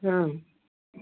ꯑꯪ